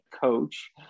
coach